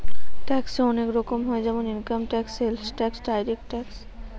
ট্যাক্সে অনেক রকম হয় যেমন income tax, sales tax, direct tax